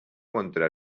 contra